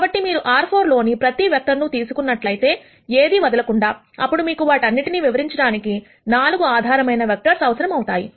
కాబట్టి మీరు R4 లోని ప్రతి వెక్టర్స్ తీసుకున్నట్లయితే ఏదీ వదలకుండా అప్పుడు మీకు వాటన్నింటిని వివరించడానికి 4 ఆధారమైన వెక్టర్స్ అవసరమవుతాయి